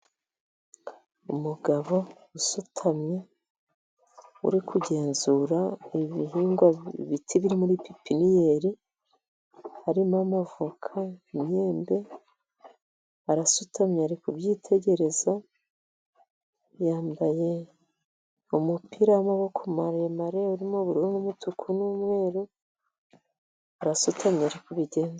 Umugabo usutamye uri kugenzura ibihingwa, ibiti biri muri pepiniyeri harimo amavoka, imyembe. Arasutamye ari kubyitegereza. Yambaye umupira w'amaboko maremare urimo ubururu n' umutuku n'umweru, arasutamye ari kubigenzura.